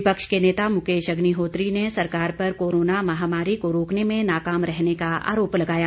विपक्ष के नेता मुकेश अग्निहोत्री ने सरकार पर कोरोना महामारी को रोकने में नाकाम रहने का आरोप लगाया